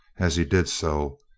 as he did so,